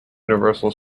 universal